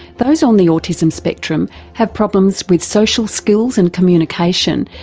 those on the autism spectrum have problems with social skills and communication,